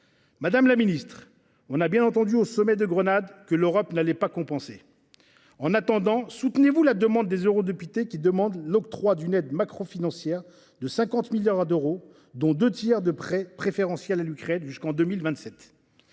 Madame la secrétaire d’État, on a bien entendu lors du sommet de Grenade que l’Europe n’allait pas les compenser. En attendant, soutenez-vous les eurodéputés qui demandent l’octroi d’une aide macrofinancière de 50 milliards d’euros, dont deux tiers de prêts préférentiels à l’Ukraine jusqu’en 2027